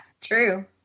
true